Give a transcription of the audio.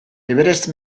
everest